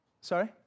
Sorry